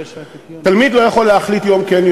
אבל תלמיד לא יכול להחליט יום כן,